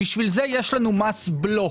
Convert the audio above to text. בשביל זה יש לנו מס בלו.